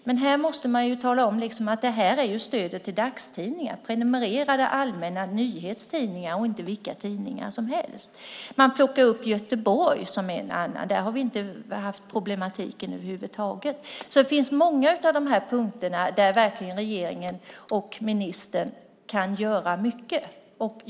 Man måste tala om att det är stödet till dagstidningar, det vill säga prenumererade allmänna nyhetstidningar och inte vilka tidningar som helst. Göteborg plockas också upp som ett exempel. Men där har vi inte haft den problematiken över huvud taget. Det finns många punkter där regeringen och ministern verkligen kan göra mycket.